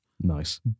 Nice